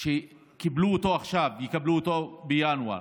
שקיבלו אותו עכשיו, יקבלו אותו בינואר.